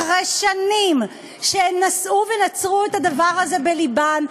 אחרי שנים שהן נשאו ונצרו את הדבר הזה בלבן,